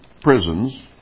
prisons